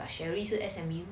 but cherie 是 S_M_U